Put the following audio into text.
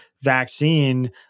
vaccine